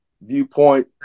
viewpoint